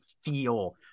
feel